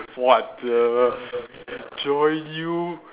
what the join you